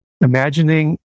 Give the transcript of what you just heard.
imagining